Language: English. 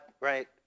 right